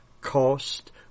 cost